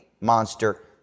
monster